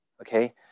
Okay